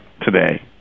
today